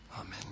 Amen